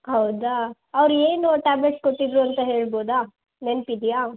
ಹೌದಾ ಅವ್ರು ಏನು ಟ್ಯಾಬ್ಲೆಟ್ಸ್ ಕೊಟ್ಟಿದ್ದರು ಅಂತ ಹೇಳ್ಬೋದಾ ನೆನ್ಪು ಇದೆಯಾ